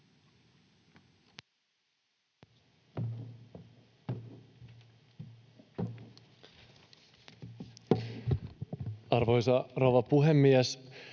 Arvoisa rouva puhemies!